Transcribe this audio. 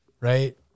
Right